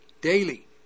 Daily